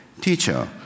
Teacher